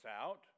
out